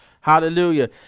hallelujah